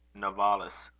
novalis.